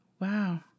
Wow